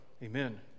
Amen